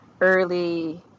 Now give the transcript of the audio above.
early